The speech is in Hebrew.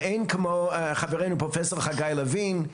ואין כמו חברנו פרופסור חגי לוין,